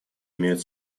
имеют